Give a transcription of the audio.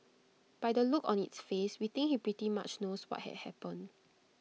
by the look on its face we think he pretty much knows what had happened